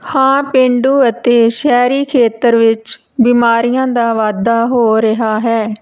ਹਾਂ ਪੇਂਡੂ ਅਤੇ ਸ਼ਹਿਰੀ ਖੇਤਰ ਵਿੱਚ ਬਿਮਾਰੀਆਂ ਦਾ ਵਾਧਾ ਹੋ ਰਿਹਾ ਹੈ